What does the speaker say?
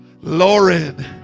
Lauren